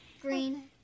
Green